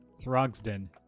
Throgsden